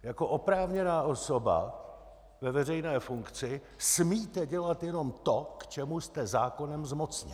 Jako oprávněná osoba ve veřejné funkci smíte dělat jenom to, k čemu jste zákonem zmocněn.